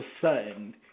sudden